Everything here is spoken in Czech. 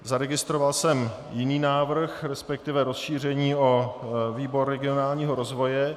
Zaregistroval jsem jiný návrh, resp. rozšíření o výbor regionálního rozvoje.